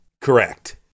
correct